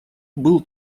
был